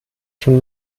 schon